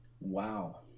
Wow